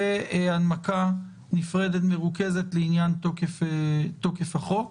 והנמקה נפרדת מרוכזת לעניין תוקף החוק.